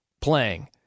playing